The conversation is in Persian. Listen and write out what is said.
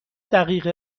دقیقه